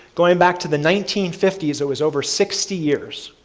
going back to the nineteen fifty s, it was over sixty years.